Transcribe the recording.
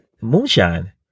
moonshine